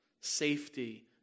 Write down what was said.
safety